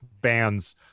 bands